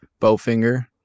Bowfinger